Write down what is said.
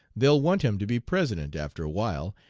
they'll want him to be president after awhile,